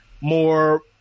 more